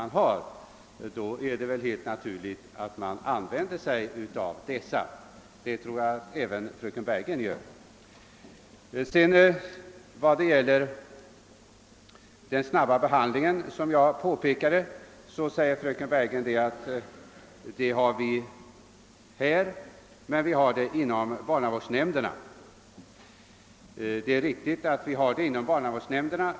Det är väl helt naturligt att jag åberopar dessa erfarenheter. Jag tror att även fröken Bergegren skulle göra på samma sätt. "Fröken Bergegren säger att vi här redan har den snabba behandling, som jag pekade på, men att den förekommer inom barnavårdsnämnderna.